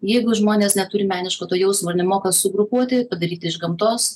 jeigu žmonės neturi meniško to jausmo nemoka sugrupuoti padaryti iš gamtos